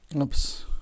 oops